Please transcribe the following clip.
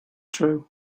true